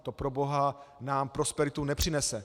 To, proboha, nám prosperitu nepřinese!